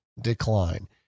decline